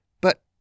but—